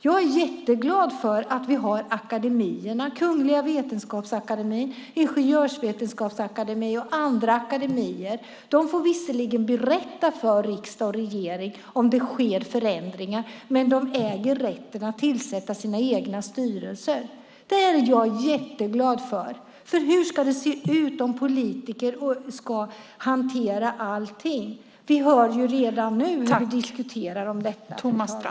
Jag är jätteglad över att vi har akademierna - Kungliga Vetenskapsakademien, Kungliga Ingenjörsvetenskapsakademien och andra akademier. Visserligen får de berätta för riksdag och regering om förändringar sker, men de äger rätten att själva tillsätta sina styrelser. Det är jag alltså jätteglad över. Hur skulle det se ut om politiker hanterade allting? Vi hör ju redan nu, fru talman, hur vi diskuterar om detta.